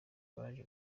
baje